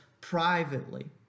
privately